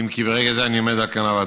אם כי ברגע זה אני עומד כאן על הדוכן.